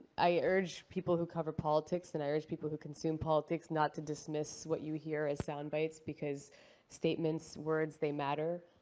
i urge people who cover politics, and i urge people who consume politics, not to dismiss what you hear as sound bites because statements, words, they matter.